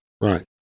Right